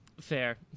Fair